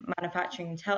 manufacturing